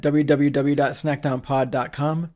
www.snackdownpod.com